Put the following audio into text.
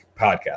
Podcast